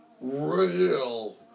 real